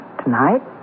tonight